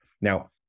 Now